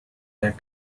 that